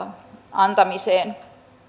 antamiseen